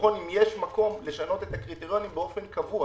לבחון אם יש מקום לשנות את הקריטריונים באופן קבוע